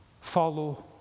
follow